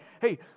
hey